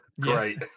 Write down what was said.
Great